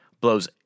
blows